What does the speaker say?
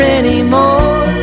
anymore